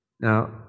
Now